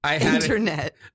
internet